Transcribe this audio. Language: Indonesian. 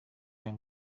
yang